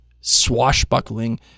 swashbuckling